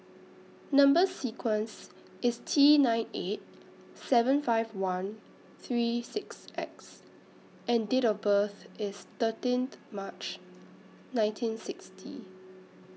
Number sequence IS T nine eight seven five one three six X and Date of birth IS thirteenth March nineteen sixty